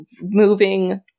moving